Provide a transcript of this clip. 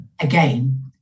Again